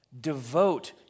devote